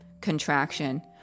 contraction